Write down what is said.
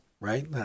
right